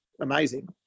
amazing